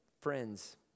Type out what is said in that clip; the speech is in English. friends